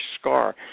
scar